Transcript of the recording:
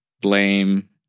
blame